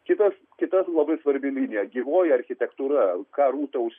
kitas kita labai svarbi liudijo gyvoji architektūra ką rūta